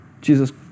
Jesus